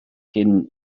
cyn